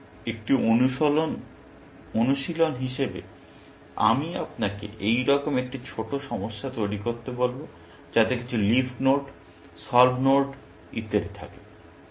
সুতরাং একটি অনুশীলন হিসাবে আমি আপনাকে এইরকম একটি ছোট সমস্যা তৈরি করতে বলব যাতে কিছু লিফ নোড সলভড নোড ইত্যাদি থাকে